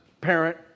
parent